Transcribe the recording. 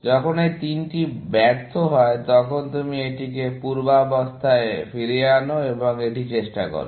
যখন এই তিনটি ব্যর্থ হয় তখন তুমি এটিকে পূর্বাবস্থায় ফিরিয়ে আনো এবং এটি চেষ্টা করো